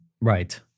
Right